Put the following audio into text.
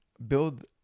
build